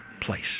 place